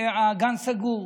הגן סגור.